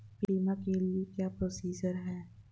बीमा के लिए क्या क्या प्रोसीजर है?